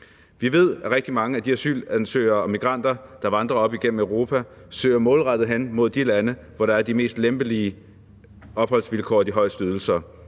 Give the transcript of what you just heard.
Vi ved, at rigtig mange af de asylansøgere og migranter, der vandrer op igennem Europa, målrettet søger hen til de lande, hvor der er de mest lempelige opholdsvilkår og de højeste ydelser.